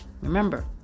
Remember